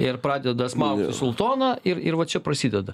ir pradeda smaugti sultoną ir ir va čia prasideda